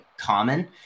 common